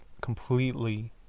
completely